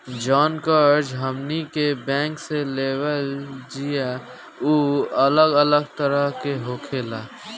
जवन कर्ज हमनी के बैंक से लेवे निजा उ अलग अलग तरह के होखेला